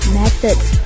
methods